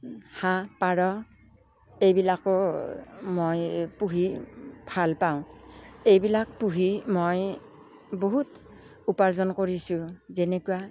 হাঁহ পাৰ এইবিলাকো মই পুহি ভালপাওঁ এইবিলাক পুহি মই বহুত উপাৰ্জন কৰিছোঁ যেনেকুৱা